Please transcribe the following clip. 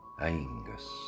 Angus